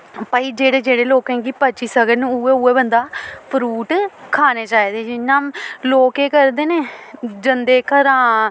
भाई जेह्ड़े जेह्ड़े लोकें गी पची सकन उ'ऐ उ'ऐ बंदा फ्रूट खाने चाहिदे जि'यां लोक केह् करदे न जंदे घरा